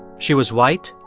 she was white,